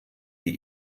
die